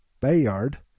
Bayard